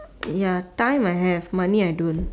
ya time I have money I don't